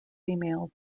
female